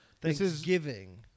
Thanksgiving